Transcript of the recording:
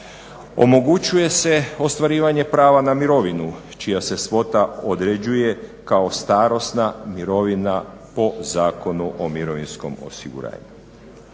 Omogućuje se ostvarivanje prava na mirovinu čija se svota određuje kao starosna mirovina po zakonu o mirovinskom osiguranju.